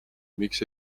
miks